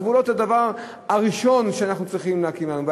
גבולות זה הדבר הראשון שאנחנו צריכים להקים היום,